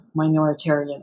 minoritarian